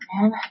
man